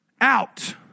out